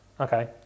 Okay